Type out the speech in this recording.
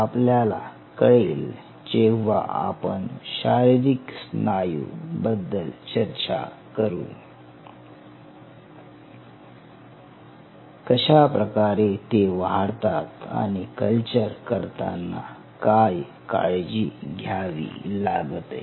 हे आपल्याला कळेल जेव्हा आपण शारीरिक स्नायू बद्दल चर्चा करू कशाप्रकारे ते वाढतात आणि कल्चर करताना काय काळजी घ्यावी लागते